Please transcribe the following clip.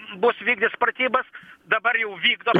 bus vykdys pratybas dabar jau vykdo